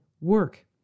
work